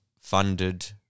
funded